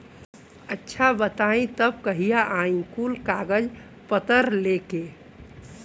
अच्छा बताई तब कहिया आई कुल कागज पतर लेके?